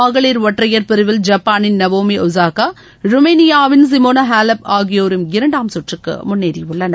மகளிர் ஒற்றையர் பிரிவில் ஜப்பானின் நவோமி ஒசாக்கா ருமேனியாவின் சிமோனா ஹாலப் ஆகியோரும் இரண்டாம் சுற்றுக்கு முன்னேறியுள்ளனர்